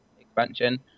expansion